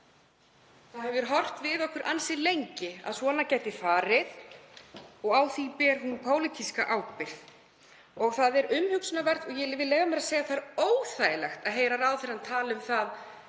Það hefur horft við okkur ansi lengi að svona gæti farið og á því ber hún pólitíska ábyrgð. Það er umhugsunarvert, og ég vil leyfa mér að segja að það er óþægilegt, að heyra ráðherrann tala um það,